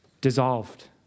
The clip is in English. Dissolved